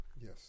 Yes